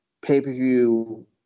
pay-per-view